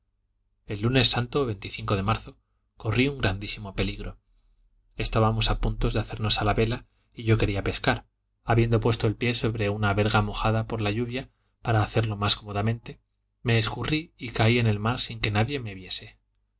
el lunes santo de marzo corrí un grandísimo peligro estábamos a punto de hacernos a la vela y yo quería pescar habiendo puesto el pie sobre una verga mojada por la lluvia para hacerlo más cómodamente me escurrí y caí en el mar sin que nadie me viese